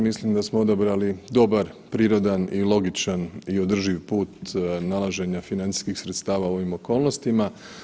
Mislim da smo odabrali dobar, prirodan i logičan i održiv put nalaženja financijskih sredstva u ovim okolnostima.